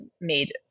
made